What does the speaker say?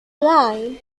line